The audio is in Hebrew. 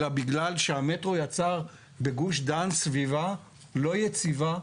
אלא בגלל שהמטרו יצר בגוש דן סביבה לא יציבה,